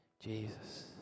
Jesus